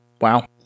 wow